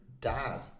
dad